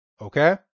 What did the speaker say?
Okay